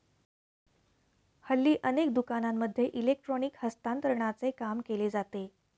हल्ली अनेक दुकानांमध्ये इलेक्ट्रॉनिक हस्तांतरणाचे काम केले जाते